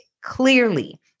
clearly